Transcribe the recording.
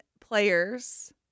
players